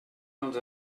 dels